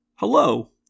Hello